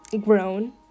grown